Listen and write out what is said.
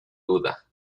duda